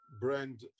brand